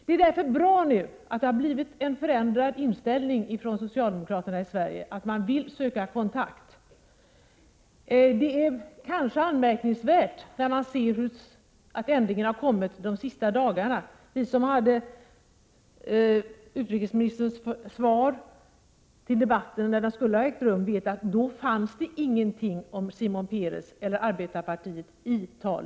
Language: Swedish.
Det är därför bra att det nu har blivit en förändrad inställning hos socialdemokraterna i Sverige — att man vill söka kontakt. Det är kanske anmärkningsvärt att ändringen har kommit de senaste dagarna. Vi som hade utrikesministerns svar den dag när debatten skulle ha ägt rum, vet att det då inte fanns någonting om Shimon Peres eller arbetarpartiet i svaret.